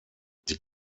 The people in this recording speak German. die